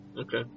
Okay